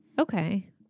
okay